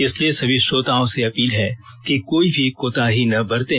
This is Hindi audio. इसलिए सभी श्रोताओं से अपील है कि कोई भी कोताही ना बरतें